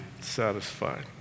satisfied